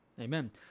Amen